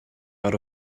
out